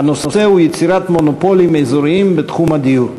והנושא הוא: יצירת מונופולים אזוריים בתחום הדיור.